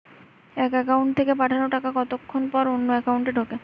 এক একাউন্ট থেকে পাঠানো টাকা কতক্ষন পর অন্য একাউন্টে ঢোকে?